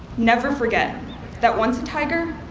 never forget that once a tiger,